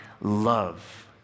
love